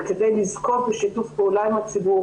וכדי לזכות בשיתוף פעולה עם הציבור,